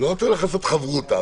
לא צריך לעשות חברותא.